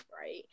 right